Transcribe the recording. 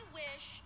wish